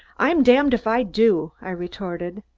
i'm damned if i do, i retorted.